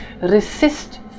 Resist